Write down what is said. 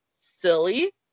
silly